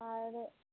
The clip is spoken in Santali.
ᱟᱨ